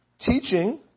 teaching